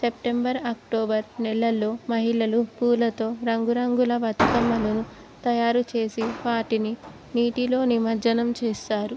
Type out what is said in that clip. September October నెలల్లో మహిళలు పూలతో రంగురంగుల బతుకమ్మలను తయారు చేసి వాటిని నీటిలో నిమజ్జనం చేస్తారు